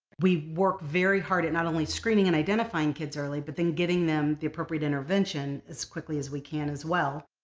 we worked very hard at not only screening and identifying kids early but then getting them the appropriate intervention as quickly as we can as well.